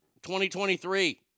2023